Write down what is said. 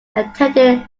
attended